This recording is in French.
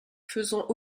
faisant